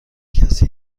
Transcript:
کسی